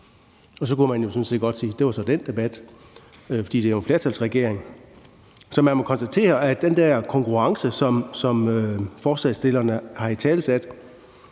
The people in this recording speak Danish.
og så kunne man sådan set godt sige, at det så var den debat, for det er jo en flertalsregering. Så man må konstatere, at i forbindelse med den der konkurrence, som forslagsstillerne har italesat,